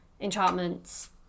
enchantments